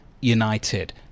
United